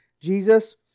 Jesus